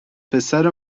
پسر